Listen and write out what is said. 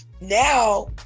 now